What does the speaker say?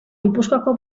gipuzkoako